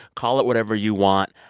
call it whatever you want.